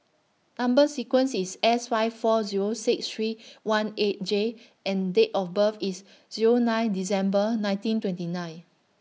Number sequence IS S five four Zero six three one eight J and Date of birth IS Zero nine December nineteen twenty nine